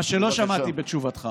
מה שלא שמעתי בתשובתך